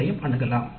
களையும் அணுகலாம்